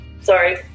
Sorry